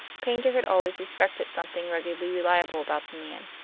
paynter had always respected something ruggedly reliable about the man,